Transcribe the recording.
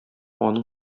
аның